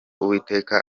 uwiteka